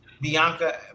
Bianca